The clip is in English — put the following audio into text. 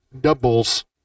Doubles